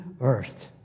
earth